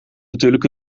natuurlijk